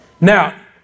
Now